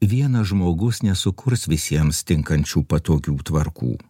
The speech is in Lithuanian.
vienas žmogus nesukurs visiems tinkančių patogių tvarkų